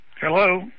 Hello